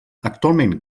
actualment